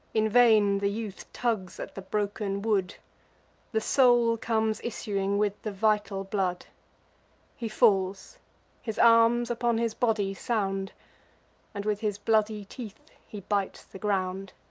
in vain the youth tugs at the broken wood the soul comes issuing with the vital blood he falls his arms upon his body sound and with his bloody teeth he bites the ground.